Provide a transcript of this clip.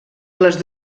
les